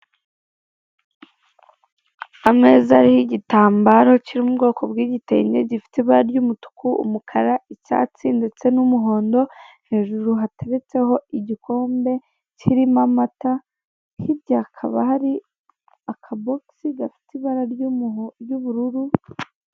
Ameza ariho gitambaro kiri mu mu ubwoko bw'igitenge gifite ibara ry'umutuku, umukara, icyatsi ndetse n'umuhondo, hejuru hateretseho igikombe kirimo amata, hirya hakaba hari akabogisi gafite ibara ry'ubururu.